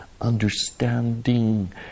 understanding